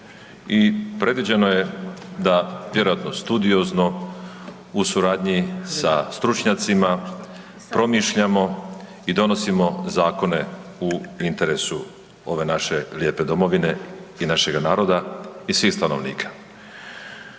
predviđeno je da vjerojatno studiozno u suradnji sa stručnjacima promišljamo i donosimo zakone u interesu ove naše lijepe domovine i našega naroda i svih stanovnika.